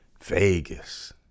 Vegas